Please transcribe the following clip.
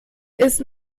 ist